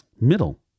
middle